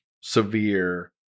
severe